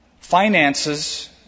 finances